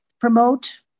promote